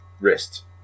wrist